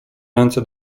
ręce